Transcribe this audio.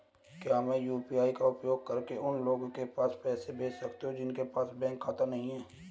क्या मैं यू.पी.आई का उपयोग करके उन लोगों के पास पैसे भेज सकती हूँ जिनके पास बैंक खाता नहीं है?